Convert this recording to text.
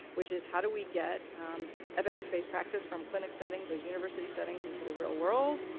which is how do we get evidence based practice from clinic settings or university settings into the real world,